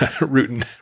Rooting